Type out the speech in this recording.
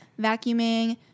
vacuuming